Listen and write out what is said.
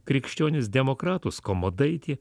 krikščionis demokratus komodaitė